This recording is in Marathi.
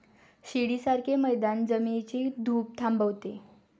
शिडीसारखे मैदान जमिनीची धूप थांबवते